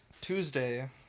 Tuesday